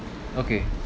okay